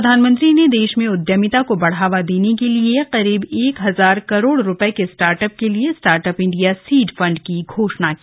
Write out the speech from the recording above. प्रधानमंत्री ने देश में उद्यमिता को बढ़ावा देने के लिए करीब एक हजार करोड़ रुपये के स्टार्टअप के लिए स्टार्टअप इंडिया सीड फंड की घोषणा की